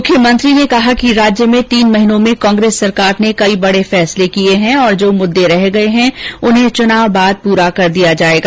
मुख्यमंत्री ने कहा कि राज्य में तीन महीनों में कांग्रेस सरकार ने कई बड़े फैसले किये है और जो मुद्दे रहे गये हैं उन्हें चुनाव बाद पूरा कर दिया जायेगा